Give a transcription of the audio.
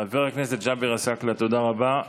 חבר הכנסת ג'אבר עסאקלה, תודה רבה.